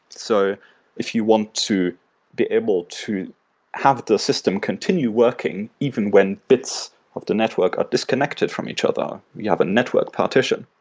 so if you want to be able to have the system continue working even when bits of the network are disconnected from each other, other, you have a network partition,